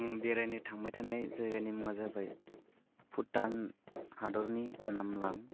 आं बेरायनो थांबाय थानाय जायगानि मुङानो जाबाय भुटान हादरनि नामलां